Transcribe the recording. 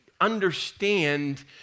understand